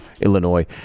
Illinois